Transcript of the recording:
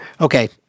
okay